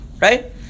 right